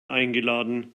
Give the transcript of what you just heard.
eingeladen